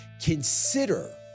consider